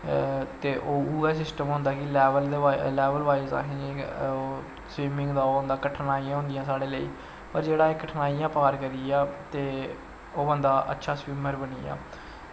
ते उऐ सिस्टम होंदा कि लैवल वाईज़ सविमिंग दा ओह् होंदा कठिनाईयां होंदियां साढ़े लेई पर जेह्ड़ा एह् कठिनाईयां पार करिया ते ओह् बंदा अच्छा सविमर बगी गेआ